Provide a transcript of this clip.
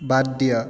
বাদ দিয়া